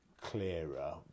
clearer